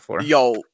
yo